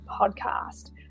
podcast